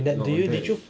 no